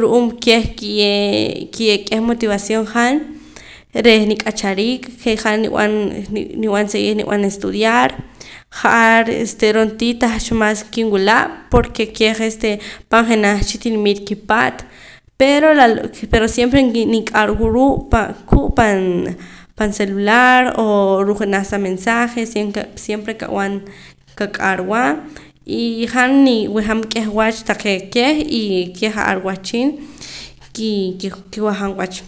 ru'uum keh kiye' kiye' k'eh motivación han reh nik'achariik je' han nib'an nib'an seguir nib'an estudiar ja'ar este ro'ntii tahcha mas kinwila' porque keh este pan jenaj cha tinimit kipaat pero laloo' pero siempre kinik'arwa ruu' pan kuu' pan pan celular o ruu' junaj sa mensaje siem siempre qab'an kak'arwa y han niwajaam k'eh wach taqee' keh y keh ja'ar wehchin kii kiwajaam wach